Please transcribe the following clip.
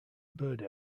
bird